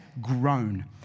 grown